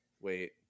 Wait